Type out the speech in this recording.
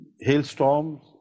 hailstorms